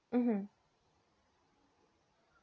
mmhmm